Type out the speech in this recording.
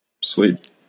Sweet